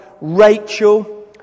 Rachel